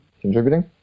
contributing